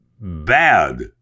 bad